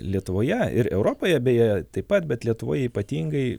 lietuvoje ir europoje beje taip pat bet lietuvoje ypatingai